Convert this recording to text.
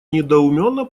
недоуменно